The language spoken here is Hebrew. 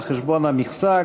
על חשבון המכסה,